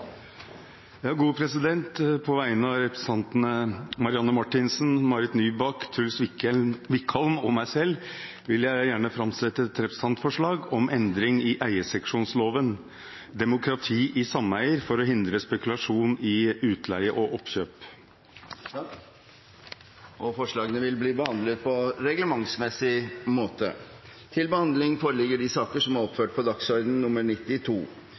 På vegne av representantene Marianne Marthinsen, Marit Nybakk, Truls Wickholm og meg selv vil jeg gjerne framsette et representantforslag om endring i eierseksjonsloven – demokrati i sameier for å hindre spekulasjon i utleie og oppkjøp. Forslagene vil bli behandlet på reglementsmessig måte. Før sakene på dagens kart tas opp til behandling,